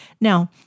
Now